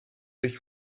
durch